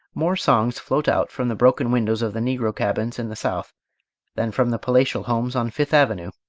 more songs float out from the broken windows of the negro cabins in the south than from the palatial homes on fifth avenue.